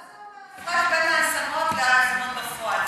מה זה אומר, בין ההשמות להשמות בפועל?